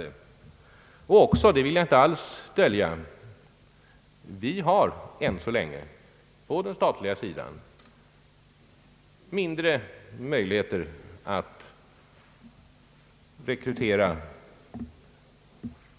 Den andra orsaken är — det vill jag inte alls dölja — att vi på den statliga sidan än så länge har mindre möjligheter att rekrytera